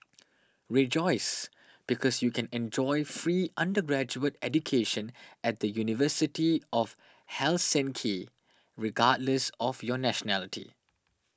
rejoice because you can enjoy free undergraduate education at the University of Helsinki regardless of your nationality